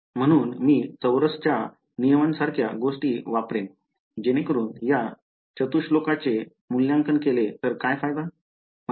म्हणून मी चौरसच्या नियमांसारख्या गोष्टी वापरेन जेणेकरून या चतुष्कोलाचे मूल्यांकन केले तर काय फायदा